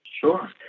Sure